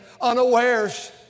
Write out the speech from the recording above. unawares